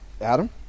adam